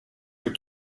του